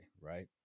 right